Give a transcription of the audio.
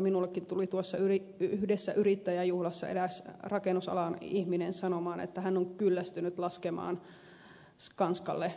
minullekin tuli tuossa yhdessä yrittäjäjuhlassa eräs rakennusalan ihminen sanomaan että hän on kyllästynyt laskemaan skanskalle